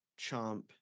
Chomp